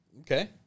Okay